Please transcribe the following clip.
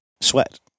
sweat